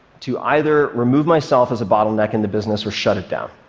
to either remove myself as a bottleneck in the business or shut it down.